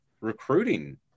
recruiting